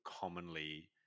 commonly